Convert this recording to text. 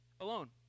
alone